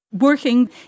Working